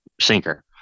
sinker